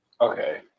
Okay